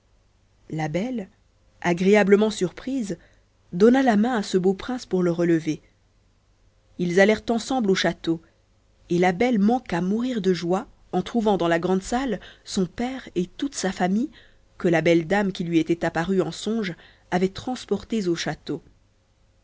la belle agréablement surprise donna la main à ce beau prince pour se relever ils allèrent ensemble au château et la belle manqua mourir de joie en trouvant dans la grande salle son père et toute sa famille que la belle dame qui lui était apparue en songe avait transportée au château